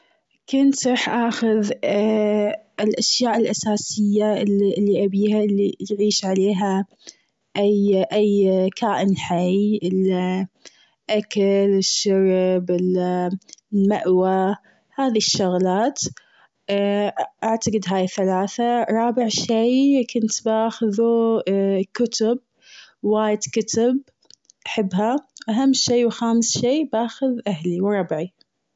كنت رح آخذ الأشياء الأساسية اللي-اللي أبيها اللي يعيش عليها أي-أي كائن حي ال أكل الشرب ال مأوى هذي الشغلات أعتقد هاي الثلاثة رابع شيء كنت بآخذه كتب وايد كتب أحبها، أهم شيء وخامس شيء بآخذ أهلي وربعي.